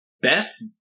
Best